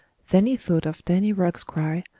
then he thought of danny rugg's cry,